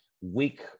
weak